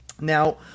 Now